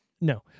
No